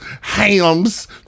hams